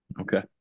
Okay